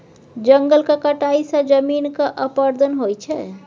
जंगलक कटाई सँ जमीनक अपरदन होइ छै